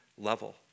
level